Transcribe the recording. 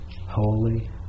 holy